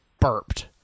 burped